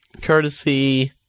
courtesy –